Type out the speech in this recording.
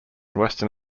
western